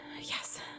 Yes